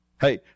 hey